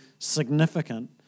significant